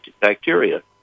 bacteria